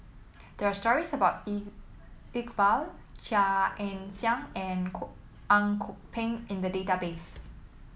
there are stories about Iqbal Chia Ann Siang and Kok Ang Kok Peng in the database